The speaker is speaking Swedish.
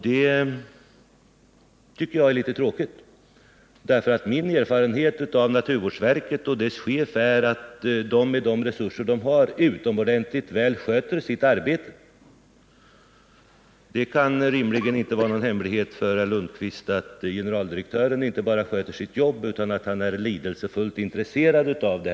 Det tycker jag är litet tråkigt, därför att min erfarenhet av naturvårdsverket och dess chef är att de med de resurser som de har utomordentligt väl sköter sitt arbete. Det kan rimligen inte vara någon hemlighet för herr Lundkvist att naturvårdsverkets generaldirektör inte bara sköter sitt jobb utan också är lidelsefullt intresserad av det.